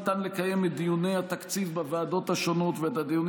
ניתן לקיים את דיוני התקציב בוועדות השונות ואת הדיונים